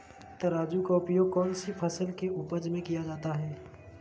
तराजू का उपयोग कौन सी फसल के उपज में किया जाता है?